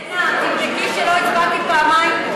ירדנה, תבדקי שלא הצבעתי פעמיים.